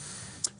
כן.